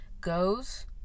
goes